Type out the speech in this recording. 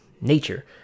nature